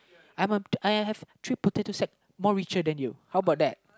I am a I have three potato sack more richer than you how about that